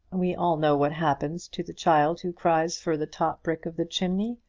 we all know what happens to the child who cries for the top brick of the chimney.